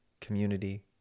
community